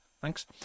Thanks